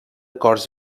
cors